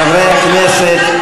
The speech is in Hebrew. חברי הכנסת,